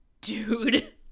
dude